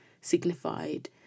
signified